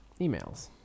Emails